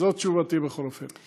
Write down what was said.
זאת תשובתי, בכל אופן.